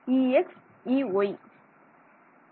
Ex Ey